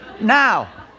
Now